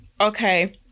Okay